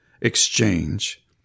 exchange